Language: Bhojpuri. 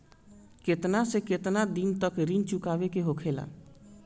केतना से केतना दिन तक ऋण चुकावे के होखेला?